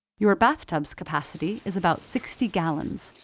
your bath tub's capacity is about sixty gallons,